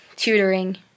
tutoring